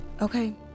Okay